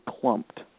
clumped